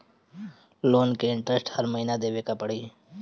Loan के interest हर महीना देवे के पड़ी?